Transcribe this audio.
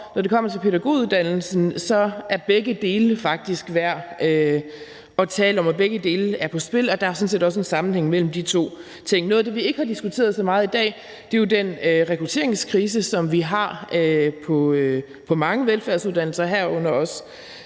når det kommer til pædagoguddannelsen, er begge dele faktisk værd at tale om. Begge dele er på spil, og der er sådan set også en sammenhæng mellem de to ting. Noget, vi ikke har diskuteret så meget i dag, er den rekrutteringskrise, som vi har på mange velfærdsuddannelser, herunder også